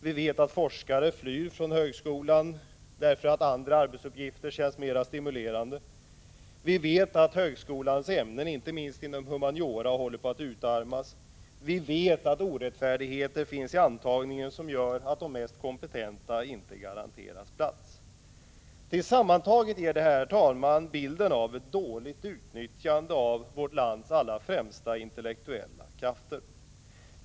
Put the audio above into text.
Vi vet att forskare flyr från högskolan därför att andra arbetsuppgifter känns mer stimulerande. Vi vet att högskolans ämnen, inte minst inom humaniora, håller på att utarmas. Vi vet att orättfärdigheter finns i antagningen som gör att de mest kompetenta inte garanteras plats. Sammantaget ger detta bilden av ett dåligt utnyttjande av vårt lands allra främsta intellektuella krafter.